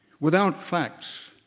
without facts,